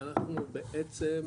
אנחנו בעצם,